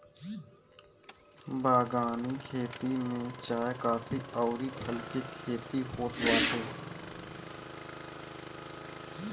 बगानी खेती में चाय, काफी अउरी फल के खेती होत बाटे